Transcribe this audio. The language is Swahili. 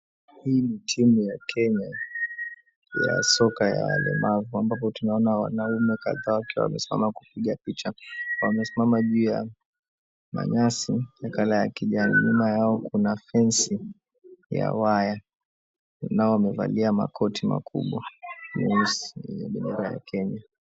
Hii ni timu ya Kenya ya soka ya walemavu ambapo tunaona wanaume kadhaa wakiwa wamesimama kupiga picha. Wamesimama juu ya manyasi ya colour ya kijani nyuma yao kuna fensi ya waya, nao wamevalia makoti makubwa.